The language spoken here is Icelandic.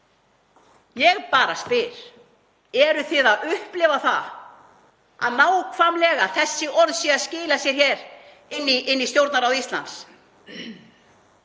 Ég bara spyr: Eruð þið að upplifa það að nákvæmlega þessi orð séu að skila sér inn í Stjórnarráð Íslands?